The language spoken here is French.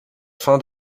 fin